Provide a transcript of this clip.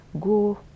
go